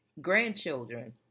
grandchildren